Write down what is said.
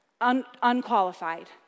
unqualified